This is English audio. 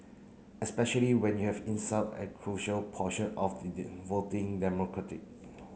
especially when you have insult a crucial portion of the voting demographic